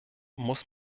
muss